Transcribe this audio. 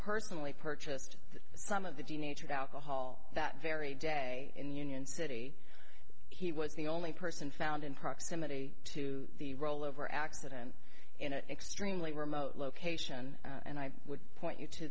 personally purchased some of the teenagers alcohol that very day in union city he was the only person found in proximity to the rollover accident in an extremely remote location and i would point you to